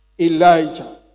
Elijah